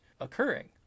occurring